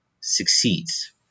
succeeds